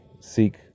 seek